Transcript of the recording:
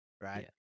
right